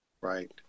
Right